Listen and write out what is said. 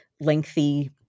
lengthy